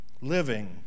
living